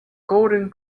golden